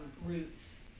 roots